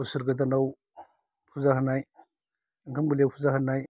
बोसोर गोदानआव फुजा होनाय ओंखाम गोरलैआव फुजा होनाय